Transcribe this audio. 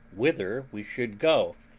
whither we should go.